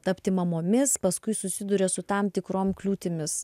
tapti mamomis paskui susiduria su tam tikrom kliūtimis